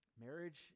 Marriage